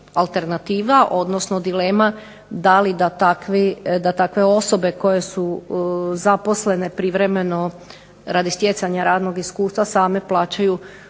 alternativa, odnosno dilema da li da takve osobe koje su zaposlene privremeno radi stjecanja radnog iskustva same plaćaju